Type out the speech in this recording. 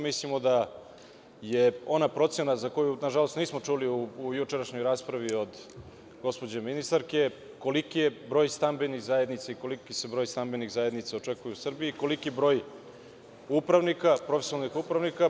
Mislimo da je ona procena za koju, nažalost, nismo čuli u jučerašnjoj raspravi od gospođe ministarke, koliki je broj stambenih zajednica ili koliki se broj stambenih zajednica očekuje u Srbiji, koliki broj upravnika, profesionalnih upravnika?